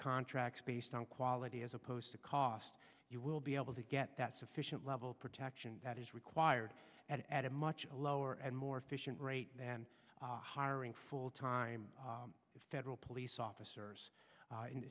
contracts based on quality as opposed to cost you will be able to get that sufficient level of protection that is required at a much lower and more efficient rate than hiring full time federal police officers